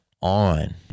on